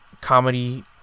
comedy